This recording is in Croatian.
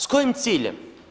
S kojim ciljem?